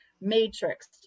matrix